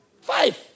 Five